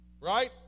Right